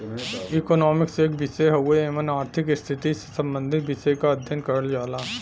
economics एक विषय हउवे एमन आर्थिक स्थिति से सम्बंधित विषय क अध्ययन करल जाला